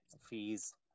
fees